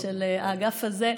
של האגף הזה.